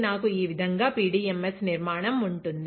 నాకు ఈ విధంగా పిడిఎంఎస్ నిర్మాణం ఉంటుంది